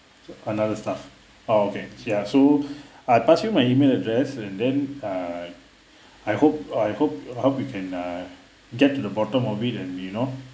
another stuff orh okay ya so I pass you my email address and then err I hope I hope I hope we can uh get to the bottom of it uh you know